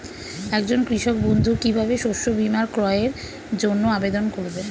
একজন কৃষক বন্ধু কিভাবে শস্য বীমার ক্রয়ের জন্যজন্য আবেদন করবে?